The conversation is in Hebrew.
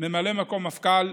ממלא מקום מפכ"ל,